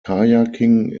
kayaking